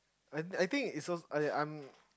I I think is so I'm I'm